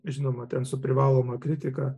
žinoma ten su privaloma kritika